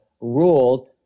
ruled